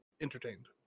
entertained